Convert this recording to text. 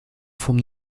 vom